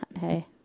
Hey